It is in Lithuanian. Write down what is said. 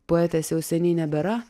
poetės jau seniai nebėra